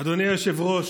אדוני היושב-ראש,